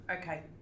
okay